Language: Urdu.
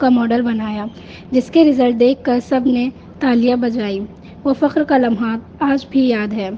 کا ماڈل بنایا جس کے رزلٹ دیکھ کر سب نے تالیاں بجائیں وہ فخر کا لمحات آج بھی یاد ہے